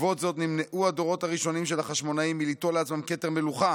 בעקבות זאת נמנעו הדורות הראשונים של החשמונאים מליטול לעצמם כתר מלוכה